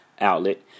outlet